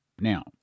Now